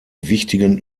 wichtigen